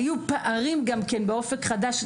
היו גם פערים באופק חדש,